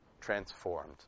transformed